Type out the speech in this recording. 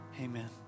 amen